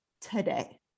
today